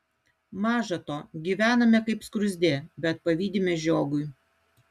maža to gyvename kaip skruzdė bet pavydime žiogui